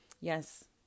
yes